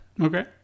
Okay